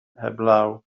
heblaw